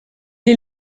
est